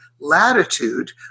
latitude